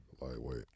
lightweight